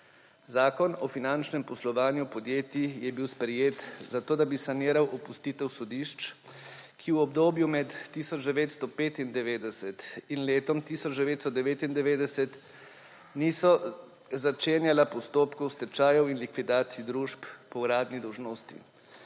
Zakon o finančnem poslovanju podjetij je bil sprejet zato, da bi saniral opustitev sodišč, ki v obdobju med 1995 in letom 1999 niso začenjala postopkov stečajev in likvidacij družb po uradni dolžnosti,